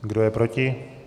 Kdo je proti?